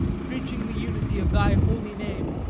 preaching the unity of thy holy name,